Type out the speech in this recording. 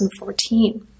2014